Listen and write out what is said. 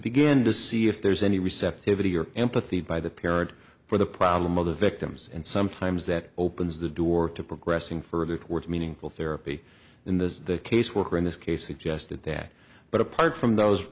begin to see if there's any receptivity or empathy by the parent for the problem of the victims and sometimes that opens the door to progressing further towards meaningful therapy in the caseworker in this case suggested that but apart from those